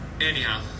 anyhow